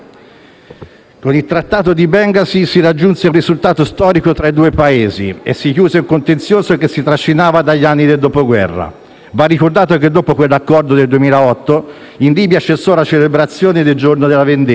Con il Trattato di Bengasi si raggiunse un risultato storico tra i due Paesi e si chiuse un contenzioso che si trascinava dagli anni del Dopoguerra. Va ricordato che, dopo quell'accordo del 2008, in Libia cessò la celebrazione del giorno della vendetta,